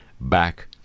back